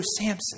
Samson